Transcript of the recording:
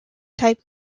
type